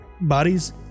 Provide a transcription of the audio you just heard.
bodies